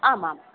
आमाम्